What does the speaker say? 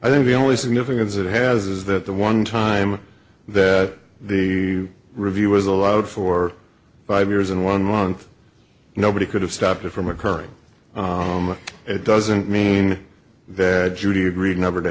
i think the only significance it has is that the one time that the review was allowed for five years and one month nobody could have stopped it from occurring it doesn't mean that judy agreed never to